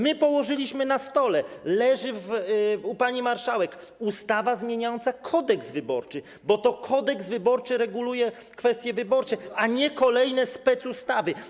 My położyliśmy na stole, leży u pani marszałek ustawa zmieniająca Kodeks wyborczy, bo to Kodeks wyborczy reguluje kwestie wyborcze, a nie kolejne specustawy.